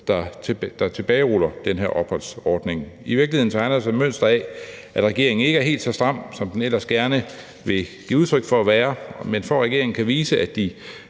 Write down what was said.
der tilbageruller den her opholdsordning. I virkeligheden tegner der sig et mønster af, at regeringen ikke er helt så stram, som de ellers gerne vil give udtryk for at være, men for at regeringen kan vise, at de